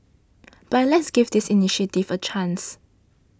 but let's give this initiative a chance